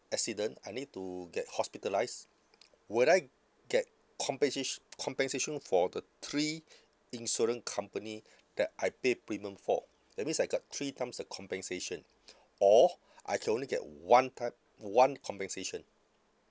accident I need to get hospitalised would I get compensa~ compensation for the three insurance company that I pay premium for that means I got three times the compensation or I can only get one type one compensation